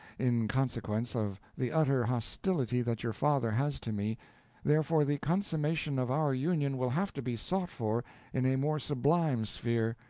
in consequence of the utter hostility that your father has to me therefore the consummation of our union will have to be sought for in a more sublime sphere,